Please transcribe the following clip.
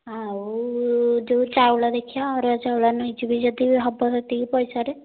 ଆଉ ଯେଉଁ ଚାଉଳ ଦେଖିବା ଅରୁଆ ଚାଉଳ ନେଇଯିବି ଯଦି ହବ ସେତିକି ପଇସାରେ